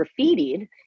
graffitied